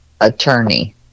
attorney